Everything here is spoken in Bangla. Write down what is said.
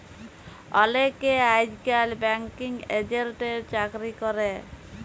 অলেকে আইজকাল ব্যাঙ্কিং এজেল্টের চাকরি ক্যরে